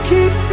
Keep